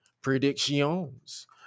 predictions